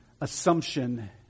assumption